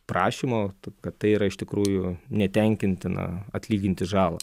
prašymo kad tai yra iš tikrųjų netenkintina atlyginti žalą